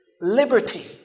Liberty